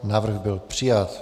Návrh byl přijat.